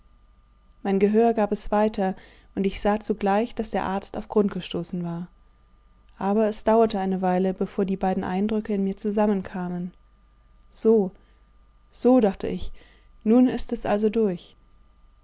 mein gehör gab es weiter und ich sah zugleich daß der arzt auf grund gestoßen war aber es dauerte eine weile bevor die beiden eindrücke in mir zusammenkamen so so dachte ich nun ist es also durch